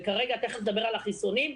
תיכף נדבר על החיסונים,